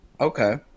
Okay